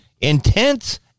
Intense